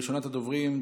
ראשונת הדוברות,